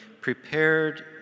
prepared